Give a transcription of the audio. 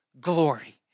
glory